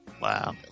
Wow